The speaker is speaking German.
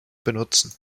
benutzen